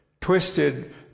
twisted